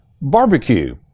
Barbecue